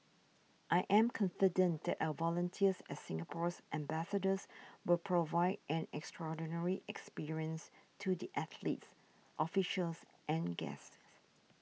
I am confident that our volunteers as Singapore's ambassadors will provide an extraordinary experience to the athletes officials and guests